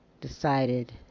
decided